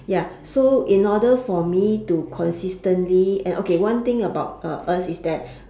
ya so in order for me to consistently and okay one thing about uh us is that